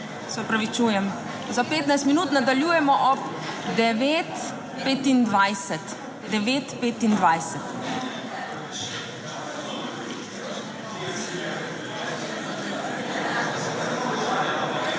za 15 minut. Nadaljujemo ob 9.25.